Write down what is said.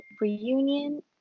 Reunion